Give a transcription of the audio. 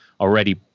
already